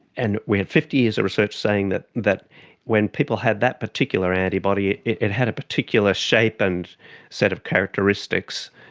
and we had fifty years of research saying that that when people had that particular antibody it had a particular shape and set of characteristics,